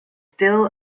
still